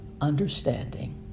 understanding